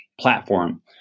platform